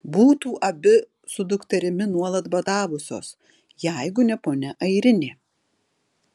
būtų abi su dukterimi nuolat badavusios jeigu ne ponia airinė